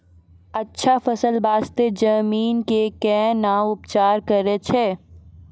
अच्छा फसल बास्ते जमीन कऽ कै ना उपचार करैय छै